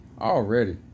already